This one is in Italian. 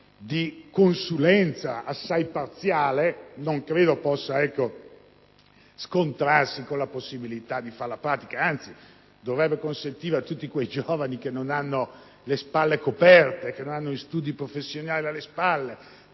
di consulenza assai parziale possa scontrarsi con la possibilità di fare pratica; anzi, dovrebbe consentire a tutti quei giovani che non hanno le spalle coperte o studi professionali dietro